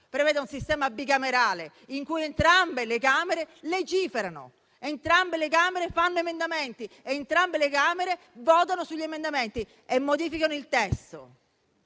prevede un sistema bicamerale in cui entrambe le Camere legiferano, entrambe le Camere fanno emendamenti, entrambe le Camere votano gli emendamenti e modificano il testo.